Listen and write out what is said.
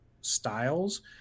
styles